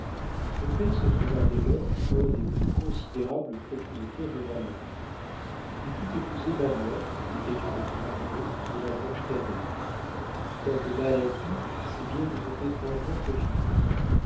mon père se trouva dès lors un des plus considérables propriétaires du royaume il put épouser ma mère qui était une grandlieu de la branche cadette quoique mal acquis ces biens nous ont étrangement profité